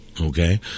Okay